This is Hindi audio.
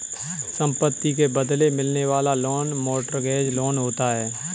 संपत्ति के बदले मिलने वाला लोन मोर्टगेज लोन होता है